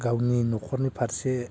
गावनि नखरनि फारसे